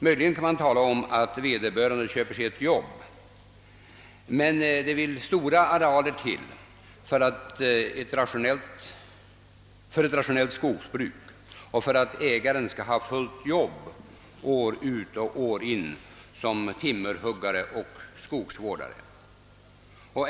Möjligen kan man tala om att vederbörande köper sig ett jobb. Det vill stora arealer till för ett rationellt skogsbruk och för att ägaren skall ha fullt arbete år ut och år in som timmerhuggare och skogsvårdare.